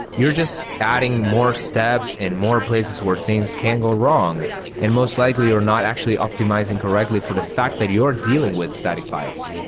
you're just adding more steps in more places where things can go wrong and most likely you're not actually optimizing correctly for the fact that you're dealing with static files.